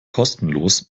kostenlos